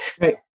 right